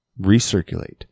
recirculate